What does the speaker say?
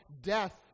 death